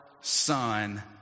Son